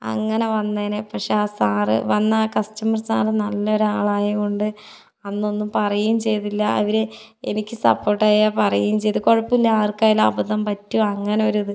അങ്ങനെ വന്നേനെ പക്ഷെ ആ സാർ വന്ന ആ കസ്റ്റമർ സാർ നല്ല ഒരു ആളായതു കൊണ്ട് അന്നൊന്നും പറയേം ചെയ്തില്ല അവർ എനിക്ക് സപ്പോർട്ടായി പറയേം ചെയ്തു കുഴപ്പമില്ല ആർക്കായാലും അബദ്ധം പറ്റും അങ്ങനൊരിത്